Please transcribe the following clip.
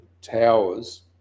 towers